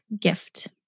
gift